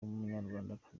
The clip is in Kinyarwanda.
munyarwandakazi